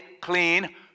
clean